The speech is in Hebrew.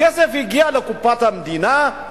הכסף הגיע לקופת המדינה,